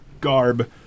garb